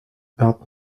vingt